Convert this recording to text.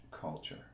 culture